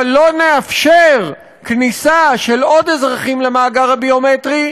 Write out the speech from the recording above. אבל לא נאפשר כניסה של עוד אזרחים למאגר הביומטרי,